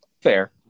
Fair